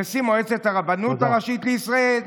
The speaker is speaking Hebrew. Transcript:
נשיא מועצת הרבנות הראשית לישראל,